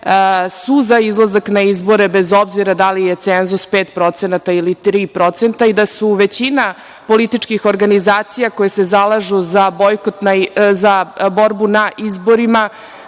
su za izlazak na izbore bez obzira da li je cenzus 5% ili 3% i da se većina političkih organizacije, koje se zalažu za borbu na izborima,